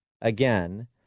again